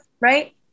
right